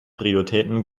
prioritäten